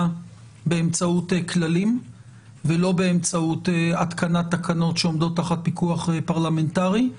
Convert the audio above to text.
באמצעות כללים ולא באמצעות התקנת תקנות שעובדות תחת פיקוח פרלמנטרי.